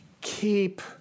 Keep